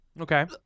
okay